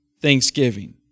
Thanksgiving